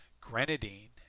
grenadine